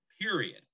period